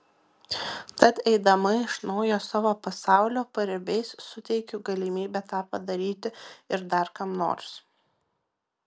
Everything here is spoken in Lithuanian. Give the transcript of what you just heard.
tad eidama iš naujo savo pasaulio paribiais suteikiu galimybę tą padaryti ir dar kam nors